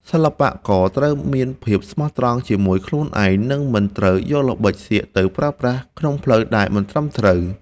សិល្បករត្រូវមានភាពស្មោះត្រង់ជាមួយខ្លួនឯង និង មិនត្រូវយកល្បិចសៀកទៅប្រើប្រាស់ក្នុងផ្លូវដែលមិនត្រឹមត្រូវ។